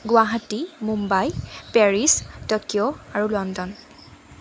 Guwahati Mumbai Paris Tokyo আৰু London